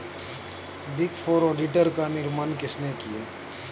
Big four auditor का निर्माण किसने किया?